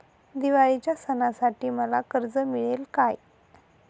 दिवाळीच्या सणासाठी मला कर्ज मिळेल काय?